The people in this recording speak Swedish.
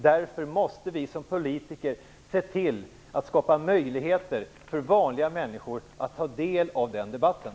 Därför måste vi som politiker se till att skapa möjligheter för vanliga människor att ta del av den debatten.